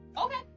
Okay